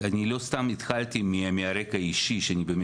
אני לא סתם התחלתי מהרקע האישי שלי,